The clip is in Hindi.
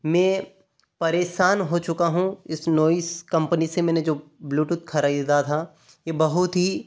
मैं परेशान हो चुका हूँ इस नॉइस कंपनी से मैंने जो ब्लूटूथ ख़रीदा था ये बहुत ही